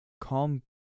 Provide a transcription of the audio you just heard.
calm